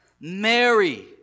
mary